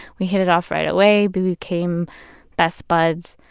we hit it off right away, became best buds.